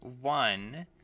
One